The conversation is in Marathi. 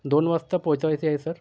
दोन वाजता पोचवायची आहे सर